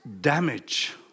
damage